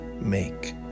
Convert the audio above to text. make